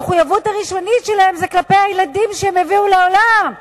המחויבות הראשונית שלהם היא כלפי הילדים שהם הביאו לעולם.